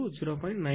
92 எனவே θ2 23